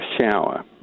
shower